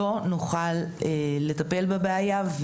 לא נוכל לטפל בבעיה,